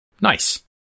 Nice